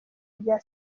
bya